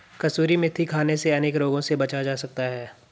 कसूरी मेथी खाने से अनेक रोगों से बचा जा सकता है